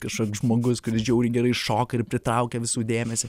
kažkoks žmogus kuris žiauriai gerai šoka ir pritraukia visų dėmesį